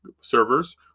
servers